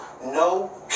no